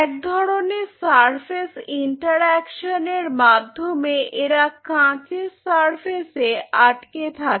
এক ধরনের surface interaction এর মাধ্যমে এরা কাঁচের সারফেস এ আটকে থাকে